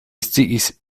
sciis